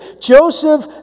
Joseph